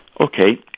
Okay